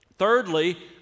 Thirdly